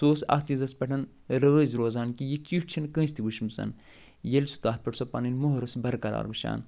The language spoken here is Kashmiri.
سُہ اوس اتھ چیٖزن پٮ۪ٹھ رٲزۍ روزان کہِ یہِ چِٹھۍ چھِنہٕ کٲنٛسہِ تہِ وٕچھمٕژ ییٚلہِ سُہ تتھ پٮ۪ٹھ سۄ پنٕنۍ مۄہر اوس برقرار وٕچھان